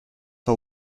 for